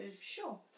Sure